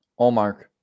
Allmark